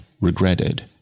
regretted